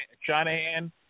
Shanahan